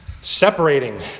separating